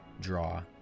draw